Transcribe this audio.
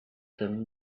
them